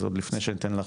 אז עוד לפני שניתן לך,